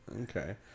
Okay